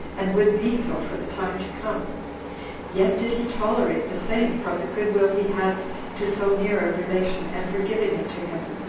and would be so for the time to come yet did he tolerate the same from the good-will he had to so near a relation, and forgiving it to him,